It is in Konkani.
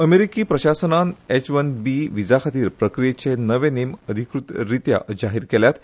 अमेरिकी प्रशासनान एच वन बी व्हिजाखातीर प्रक्रियेचे नवे नेम अधिकृतरित्या जाहीर केल्यात